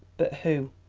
but who?